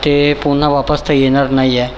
ते पुन्हा वापस तर येणार नाही आहे